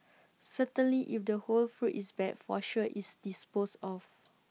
certainly if the whole fruit is bad for sure is disposed of